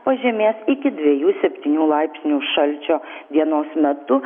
pažemės iki dviejų septynių laipsnių šalčio dienos metu